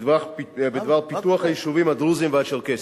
בדבר פיתוח היישובים הדרוזיים והצ'רקסיים.